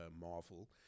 Marvel